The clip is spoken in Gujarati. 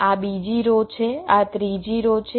આ બીજી રો છે આ ત્રીજી રો છે